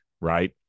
right